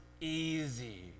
easy